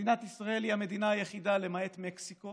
מדינת ישראל היא המדינה היחידה למעט מקסיקו